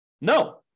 No